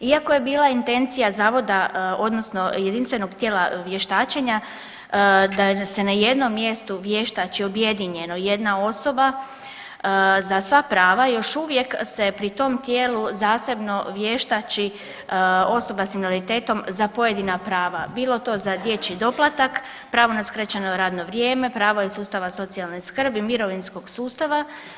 Iako je bila intencija zavoda odnosno jedinstvenog tijela vještačenja da se na jednom mjestu vještači objedinjeno jedna osoba, za sva prava još uvijek se pri tom tijelu zasebno vještači osoba s invaliditetom za pojedina prava, bilo to za dječji doplatak, pravo na skraćeno radno vrijeme, prava iz sustava socijalne skrbi, mirovinskog sustava.